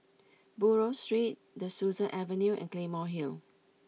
Buroh Street De Souza Avenue and Claymore Hill